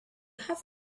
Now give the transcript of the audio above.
have